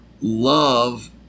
love